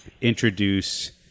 introduce